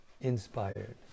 inspired